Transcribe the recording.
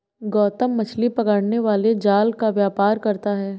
गौतम मछली पकड़ने वाले जाल का व्यापार करता है